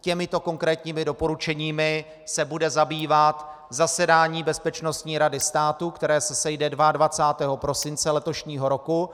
Těmito konkrétními doporučeními se bude zabývat zasedání Bezpečnostní rady státu, které se sejde 22. prosince letošního roku.